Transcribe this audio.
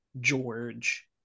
George